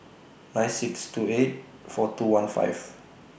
nine six two eight four two one five